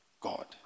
God